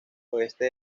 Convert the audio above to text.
oeste